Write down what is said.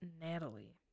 Natalie